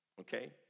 okay